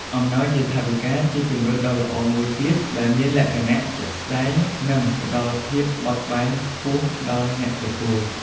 អំណោយជាថវិកា ជាជម្រើសដ៏ល្អមួយទៀត ដែលមានលក្ខណៈ ជាក់ស្តែង និងផ្ដល់ភាពបត់បែនខ្ពស់ដល់អ្នកទទួល។